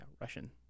Russian –